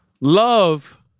Love